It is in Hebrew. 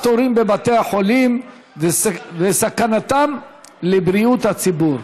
תורים בבתי החולים והסכנה לבריאות הציבור.